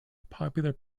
popular